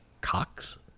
cox